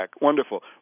Wonderful